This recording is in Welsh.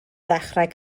ddechrau